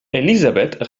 elisabeth